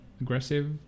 aggressive